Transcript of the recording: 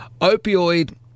opioid